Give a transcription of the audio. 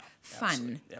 fun